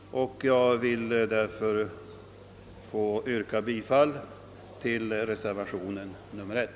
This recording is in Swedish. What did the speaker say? Jag vill därför nu endast yrka bifall till reservationen nr 1.